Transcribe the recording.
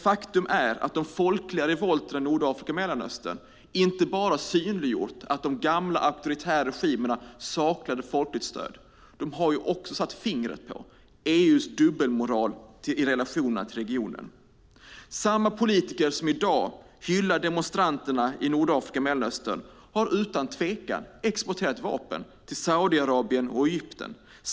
Faktum är dock att de folkliga revolterna i Nordafrika och Mellanöstern inte bara synliggjort att de gamla auktoritära regimerna saknade folkligt stöd - de har också satt fingret på EU:s dubbelmoral i relationen till regionen. Samma politiker som i dag hyllar demonstranterna i Nordafrika och Mellanöstern har utan tvekan exporterat vapen till Saudi-Arabien och Egypten.